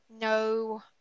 no